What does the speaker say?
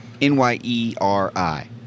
N-Y-E-R-I